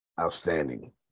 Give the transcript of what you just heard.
Outstanding